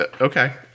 Okay